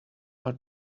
are